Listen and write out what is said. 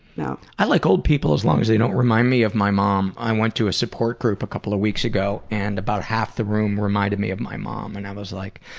no. i like old people as long as they don't remind me of my mom. i went to a support group a couple of weeks ago, and about half the room reminded me of my mom. and i was like,